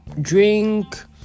drink